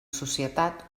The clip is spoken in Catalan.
societat